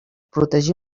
protegir